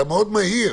אתה מדבר מאוד מהר.